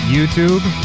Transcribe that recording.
YouTube